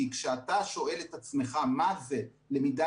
כי כשאתה שואל את עצמך: מה זו למידה